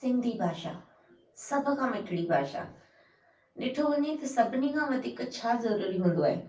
सिंधी भाषा सभु खां मिठिड़ी भाषा ॾिठो वञे सभिनी खां वधीक छा जरूरी हूंदो आहे